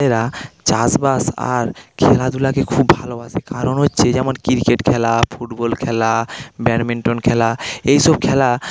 এরা চাষবাস আর খেলাধূলাকে খুব ভালোবাসে কারণ হচ্ছে যেমন ক্রিকেট খেলা ফুটবল খেলা ব্যাডমিন্টন খেলা এইসব খেলা